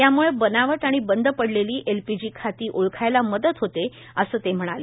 यामुळं बनावट आणि बंद पडलेली एलपीजी खाती ओळखायला मदत होत असल्याचं ते म्हणाले